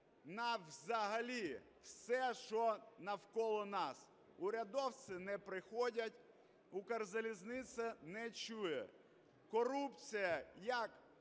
на взагалі все, що навколо нас. Урядовці не приходять, Укрзалізниця не чує, корупція як